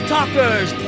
Talkers